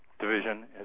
division